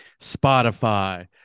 Spotify